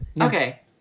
Okay